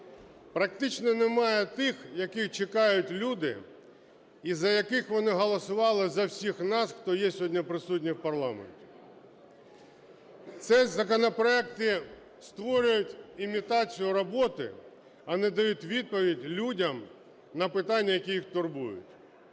практично немає тих, яких чекають люди і за які вони голосували за всіх нас, хто є сьогодні присутній в парламенті. Ці законопроекти створюють імітацію роботи, а не дають відповідь людям на питання, які їх турбують.